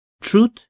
truth